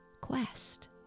quest